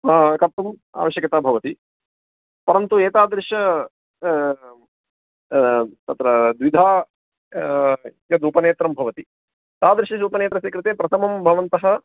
कर्तुम् आवश्यकता भवति परन्तु एतादृशं तत्र द्विधा यदुपनेत्रं भवति तादृशमुपनेत्रस्य कृते प्रथमं भवन्तः